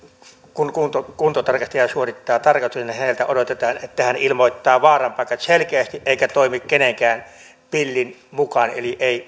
kun kuntotarkastaja suorittaa tarkastuksen niin häneltä odotetaan että hän ilmoittaa vaaran paikat selkeästi eikä toimi kenenkään pillin mukaan eli ei